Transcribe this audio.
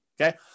okay